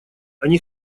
они